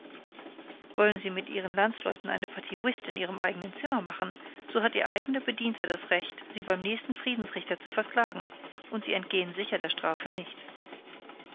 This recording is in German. wollen sie mit ihren landsleuten eine partie whist in ihrem eigenen zimmer machen so hat ihr eigener bedienter das recht sie beim nächsten friedensrichter zu verklagen und sie entgehen sicher der strafe nicht